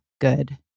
good